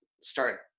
start